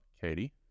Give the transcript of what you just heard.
Katie